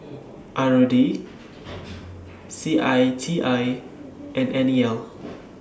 R O D C I T I and N E L